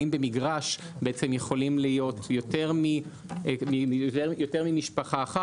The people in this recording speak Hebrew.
האם במגרש יכולים להיות יותר ממשפחה אחת?